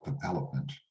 development